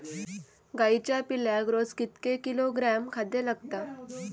गाईच्या पिल्लाक रोज कितके किलोग्रॅम खाद्य लागता?